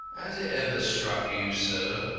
has it ever struck you, sir,